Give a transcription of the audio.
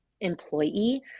employee